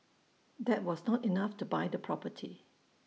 that was not enough to buy the property